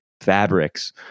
fabrics